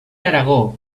aragó